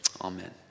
Amen